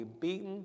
beaten